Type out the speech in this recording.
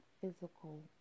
physical